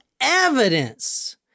evidence